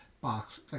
Box